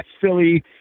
Philly